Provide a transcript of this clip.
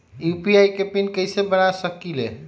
UPI के PIN कैसे बना सकीले?